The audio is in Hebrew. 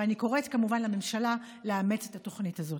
ואני קוראת כמובן לממשלה לאמץ את התוכנית הזאת.